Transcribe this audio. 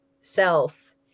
self